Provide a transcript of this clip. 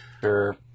Sure